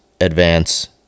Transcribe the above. Advance